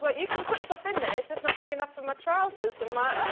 but you can put stuff in there, it's just's not big enough for my trousers and my.